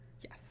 Yes